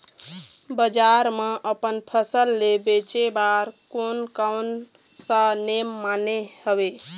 बजार मा अपन फसल ले बेचे बार कोन कौन सा नेम माने हवे?